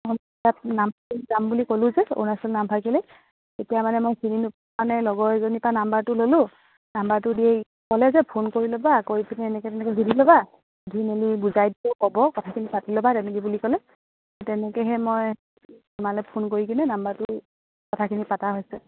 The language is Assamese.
তাত নামফাকে যাম বুলি ক'লোঁ যে অৰুণাচল নামফাকেলৈ এতিয়া মানে মই চিনি মানে লগৰ এজনীৰপৰা নাম্বাৰটো ল'লোঁ নাম্বাৰটো দি ক'লে যে ফোন কৰি ল'বা কৰি পিনে এনেকৈ তেনেকৈ সুধি ল'বা সুধি মেলি বুজাই দিব ক'ব কথাখিনি পাতি ল'বা তেনেকৈ বুলি ক'লে তেনেকৈহে মই তোমালৈ ফোন কৰি কিনে নাম্বাৰটো কথাখিনি পতা হৈছে